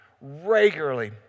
regularly